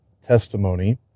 testimony